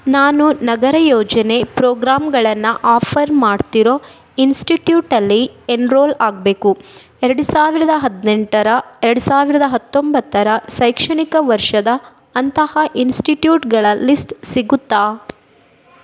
ನಾನು ನಗರ ಯೋಜನೆ ಪ್ರೋಗ್ರಾಮ್ಗಳನ್ನು ಆಫರ್ ಮಾಡ್ತಿರೋ ಇನ್ಸ್ಟಿಟ್ಯೂಟಲ್ಲಿ ಎನ್ರೋಲ್ ಆಗಬೇಕು ಎರಡು ಸಾವಿರದ ಹದಿನೆಂಟರ ಎರಡು ಸಾವಿರದ ಹತ್ತೊಂಬತ್ತರ ಶೈಕ್ಷಣಿಕ ವರ್ಷದ ಅಂತಹ ಇನ್ಸ್ಟಿಟ್ಯೂಟ್ಗಳ ಲಿಸ್ಟ್ ಸಿಗುತ್ತಾ